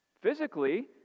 Physically